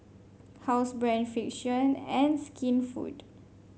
Housebrand Frixion and Skinfood